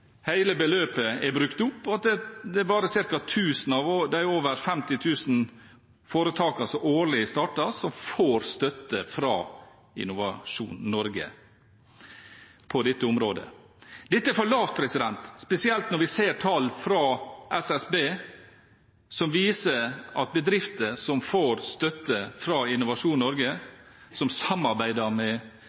hele beløpet er brukt opp, og at det bare er ca. 1 000 av de over 50 000 foretakene som årlig starter, som får støtte fra Innovasjon Norge på dette området. Dette er for lavt, spesielt når vi ser tall fra SSB som viser at bedrifter som får støtte fra Innovasjon Norge – som samarbeider med